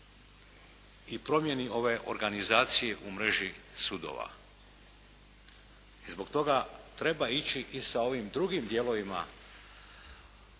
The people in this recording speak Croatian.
i promijeni ove organizacije u mreži sudova. I zbog toga treba ići i sa ovim drugim dijelovima